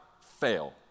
fail